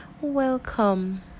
Welcome